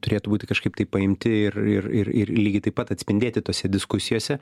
turėtų būti kažkaip tai paimti ir ir ir ir lygiai taip pat atspindėti tose diskusijose